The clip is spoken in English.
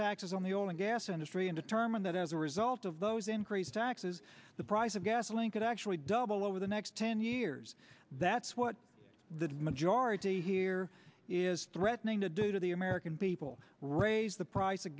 taxes on the old and gas industry and determined that as a result of those increased taxes the price of gasoline could actually double over the next ten years that's what the majority here is threatening to do to the american people raise the price of